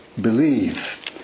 believe